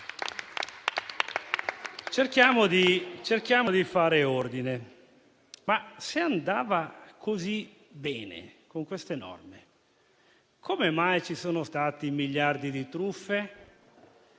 Cerchiamo di fare ordine: se andava così bene, con queste norme, come mai ci sono stati miliardi di euro